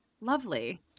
lovely